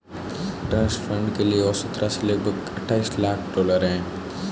trust fund के लिए औसत राशि लगभग अट्ठाईस लाख डॉलर है